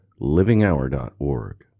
livinghour.org